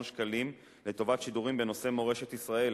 ש"ח חדשים לטובת שידורים בנושא מורשת ישראל,